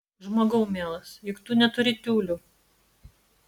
žmogau mielas juk tu neturi tiulių